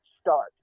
start